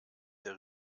der